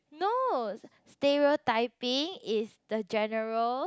no stereotyping is the general